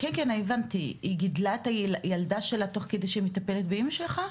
היא גילדה את הילדה שלה תוך כדי שהיא טיפלה באמא שלך?